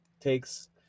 takes